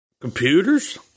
Computers